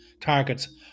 targets